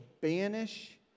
banish